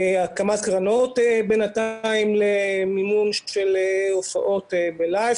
הקמת קרנות בינתיים למימון של הופעות בלייב,